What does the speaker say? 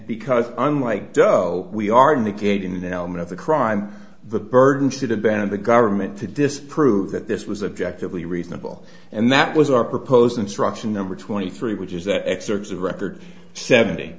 because unlike does we are in the cage in the element of the crime the burden should have been on the government to disprove that this was objective a reasonable and that was our proposed instruction number twenty three which is that excerpts of record seventy